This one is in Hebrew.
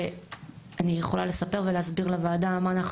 ואני יכולה לספר ולהסביר לוועדה מה אנחנו